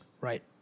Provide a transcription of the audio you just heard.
Right